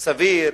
סביר,